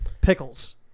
pickles